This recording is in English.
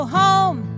home